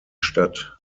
stadt